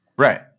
Right